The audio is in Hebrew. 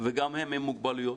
וגם הם עם מוגבלויות,